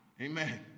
Amen